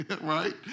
Right